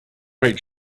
great